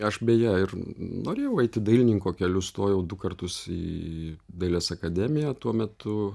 aš beje ir norėjau eiti dailininko keliu stojau du kartus į dailės akademiją tuo metu